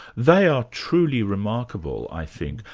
they are truly remarkable i think,